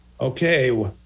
Okay